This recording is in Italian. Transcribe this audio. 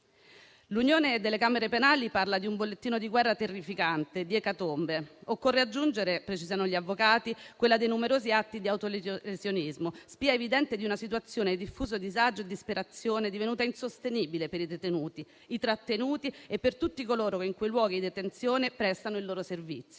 L'Unione delle camere penali parla di un bollettino di guerra terrificante, di ecatombe. Occorre aggiungere - precisano gli avvocati - quella dei numerosi atti di autolesionismo, spia evidente di una situazione di diffuso disagio e disperazione divenuta insostenibile per i detenuti, i trattenuti e tutti coloro che in quei luoghi di detenzione prestano il loro servizio.